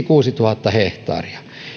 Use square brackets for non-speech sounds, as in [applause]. [unintelligible] kuusituhatta hehtaaria